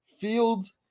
Fields